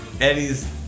Eddie's